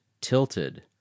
tilted